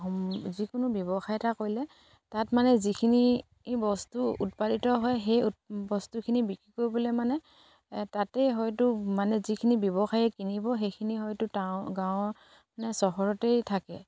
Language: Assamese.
যিকোনো ব্যৱসায় এটা কৰিলে তাত মানে যিখিনি বস্তু উৎপাদিত হয় সেই বস্তুখিনি বিক্ৰী কৰিবলে মানে তাতেই হয়তো মানে যিখিনি ব্যৱসায় কিনিব সেইখিনি হয়তো গাঁৱৰ মানে চহৰতেই থাকে